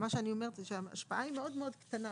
מה שאני אומרת שההשפעה היא מאוד מאוד קטנה,